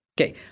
Okay